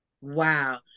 wow